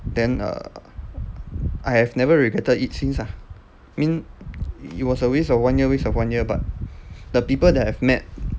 then err I have never regretted it since ah mean it was a waste of one year waste of one year but the people that I've met